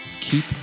keep